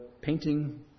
painting